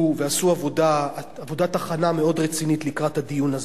ועשו עבודת הכנה מאוד רצינית לקראת הדיון הזה,